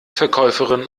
verkäuferin